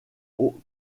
aux